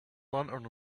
lantern